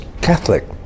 Catholic